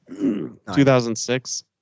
2006